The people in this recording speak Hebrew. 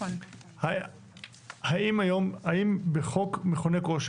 האם בחוק מכוני כושר,